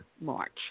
march